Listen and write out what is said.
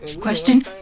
Question